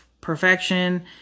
perfection